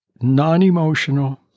non-emotional